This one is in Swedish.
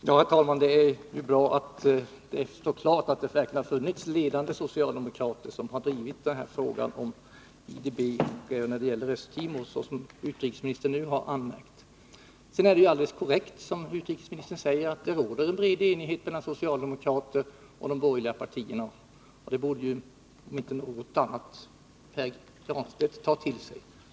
Herr talman! Det är ju bra att det står klart att det verkligen finns ledande socialdemokrater som har drivit de här frågorna om IDB och Östtimor, såsom utrikesministern nu har förklarat. Sedan är det alldeles korrekt, som utrikesministern säger, att det råder bred enighet mellan socialdemokrater och de borgerliga partierna. Det borde ju, om inte annat, Pär Granstedt ta till sig.